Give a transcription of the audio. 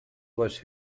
was